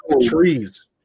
trees